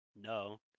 No